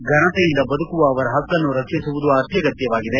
ಫನತೆಯಿಂದ ಬದುಕುವ ಅವರ ಪಕ್ಕನ್ನು ರಕ್ಷಿಸುವುದು ಅತ್ಯಗತ್ಯವಾಗಿದೆ